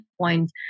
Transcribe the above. point